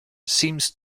seems